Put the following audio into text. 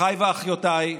אחיי ואחיותיי,